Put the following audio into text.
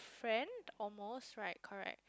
friend almost right correct